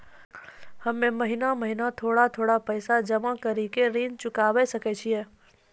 हम्मे महीना महीना थोड़ा थोड़ा पैसा जमा कड़ी के ऋण चुकाबै सकय छियै?